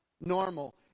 Normal